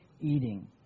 eating